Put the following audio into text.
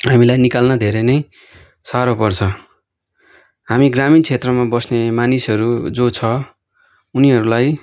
हामीलाई निकाल्न धेरै नै साह्रो पर्छ हामी ग्रामीण क्षेत्रमा बस्ने मानिसहरू जो छ उनीहरूलाई